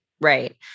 Right